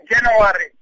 january